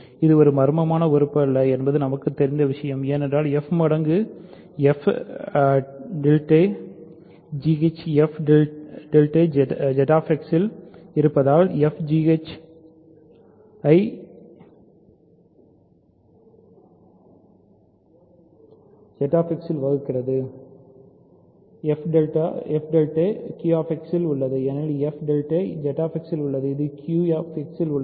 இது மர்மமான உறுப்பு அல்ல என்பது நமக்குத் தெரிந்த விஷயம் என்னவென்றால் f மடங்கு சில f tilde g h f tilde ZX ல் இருப்பதால் f g x ஐ x எக்ஸில் வகுக்கிறது என்றால் f டைம்ஸ் f டில்டேg ஹெச் என்று பொருள் ஆனால் f டில்டே QX ல் உள்ளது ஏனெனில் f டில்டே ZX ல் உள்ளது இது க்யூ எக்ஸில் உள்ளது